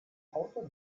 auto